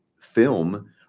film